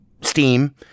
Steam